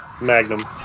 Magnum